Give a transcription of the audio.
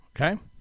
Okay